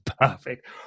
perfect